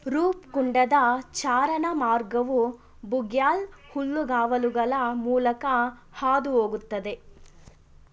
ರೂಪ್ಕುಂಡದ ಚಾರಣ ಮಾರ್ಗವು ಬುಗ್ಯಾಲ್ ಹುಲ್ಲುಗಾವಲುಗಳ ಮೂಲಕ ಹಾದು ಹೋಗುತ್ತದೆ